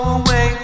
away